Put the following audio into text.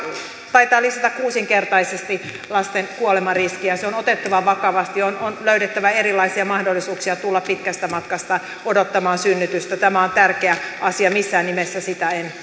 taitaa lisätä kuusinkertaisesti lasten kuolemanriskiä se on otettava vakavasti on on löydettävä erilaisia mahdollisuuksia tulla pitkästä matkasta odottamaan synnytystä tämä on tärkeä asia missään nimessä sitä en